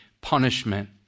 punishment